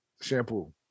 Shampoo